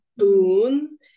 spoons